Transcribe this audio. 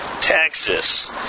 Texas